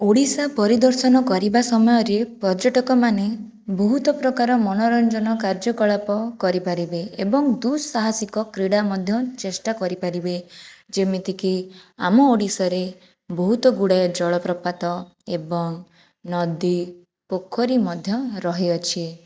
ଓଡ଼ିଶା ପରିଦର୍ଶନ କରିବା ସମୟରେ ପର୍ଯ୍ୟଟକମାନେ ବହୁତ ପ୍ରକାର ମନୋରଞ୍ଜନ କାର୍ଯ୍ୟକଳାପ କରିପାରିବେ ଏବଂ ଦୁଃସାହାସିକ କ୍ରୀଡ଼ା ମଧ୍ୟ ଚେଷ୍ଟା କରିପାରିବେ ଯେମିତିକି ଆମ ଓଡ଼ିଶାରେ ବହୁତ ଗୁଡ଼ାଏ ଜଳ ପ୍ରପାତ ଏବଂ ନଦୀ ପୋଖରୀ ମଧ୍ୟ ରହିଅଛି